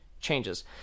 changes